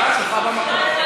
שלי.